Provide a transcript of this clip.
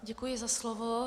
Děkuji za slovo.